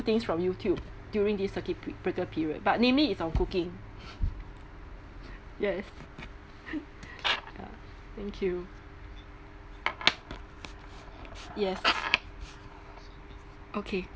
things from YouTube during this circuit bre~ breaker period but mainly it's on cooking yes thank you yes okay